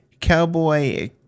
Cowboy